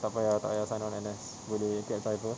tak payah tak payah sign on N_S boleh grab driver